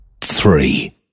three